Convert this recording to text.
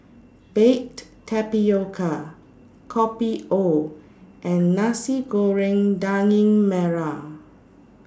Baked Tapioca Kopi O and Nasi Goreng Daging Merah